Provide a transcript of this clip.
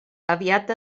aviat